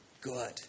good